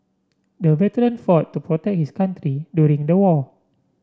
the veteran fought to protect his country during the war